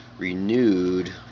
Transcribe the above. renewed